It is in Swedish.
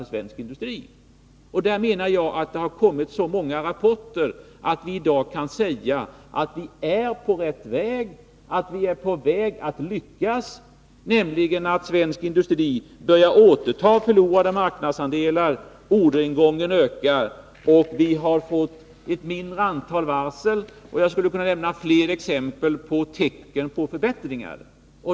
På den punkten menar jag att det har kommit så många rapporter att vi i dag kan säga att vi är på rätt väg, att vi är på väg att lyckas. Svensk industri börjar återta förlorade marknadsandelar, orderingången har ökat, vi har fått mindre antal varsel; jag skulle kunna nämna fler tecken på förbättringar.